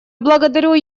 благодарю